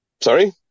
Sorry